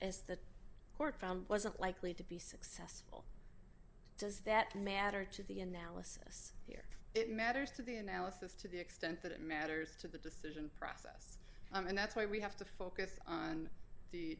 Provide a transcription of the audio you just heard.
as the court found wasn't likely to be said does that matter to the analysis here it matters to the analysis to the extent that it matters to the decision process and that's why we have to focus on the